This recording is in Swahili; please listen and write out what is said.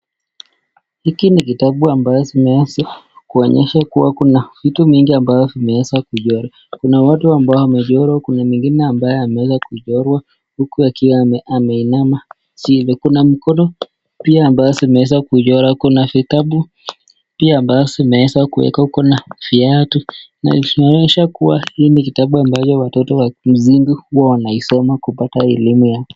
Hiki ni kitabu ambacho imeweza kuonyesha kuwa kuna vitu mingi ambavyo vimeweza kuchorwa. Kuna watu ambao wamechorwa, kuna mwingine ambaye ameweza kuchorwa huku akiwa ameinama chini. Kuna mkono pia ambayo imeweza kuchorwa. Kuna vitabu pia ambavyo vimeweza kuwekwa. Kuna viatu. Na inaonyeshwa kuwa hii ni kitabu ambacho watoto wa msingi huwa wanaisoma kupata elimu yao